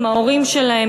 ההורים שלהם,